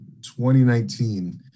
2019